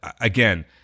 again